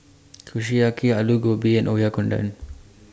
Kushiyaki Alu Gobi and Oyakodon